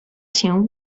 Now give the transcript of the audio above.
się